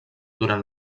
durant